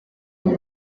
aho